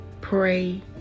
pray